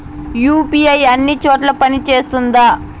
UPI అన్ని చోట్ల పని సేస్తుందా?